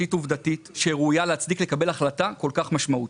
תשתית עובדתית שראויה להצדיק לקבל החלטה כל כך משמעותית,